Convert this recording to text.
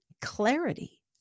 clarity